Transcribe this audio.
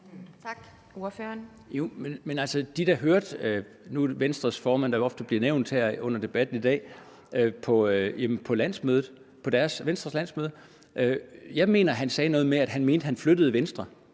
Nu er det Venstres formand, der ofte bliver nævnt her under debatten i dag, og jeg mener, at han på Venstres landsmøde sagde noget med, at han mente, at han flyttede Venstre.